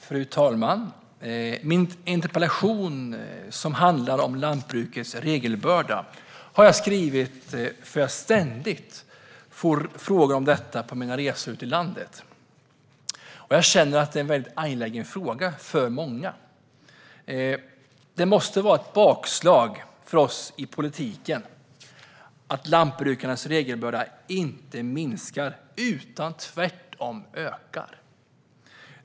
Fru talman! Min interpellation, som handlar om lantbrukets regelbörda, har jag skrivit därför att jag ständigt får frågor om detta på mina resor ute i landet, och jag känner att detta är en angelägen fråga för många. Det måste vara ett bakslag för oss i politiken att lantbrukarnas regelbörda inte minskar utan tvärtom ökar.